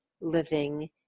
living